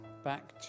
back